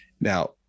Now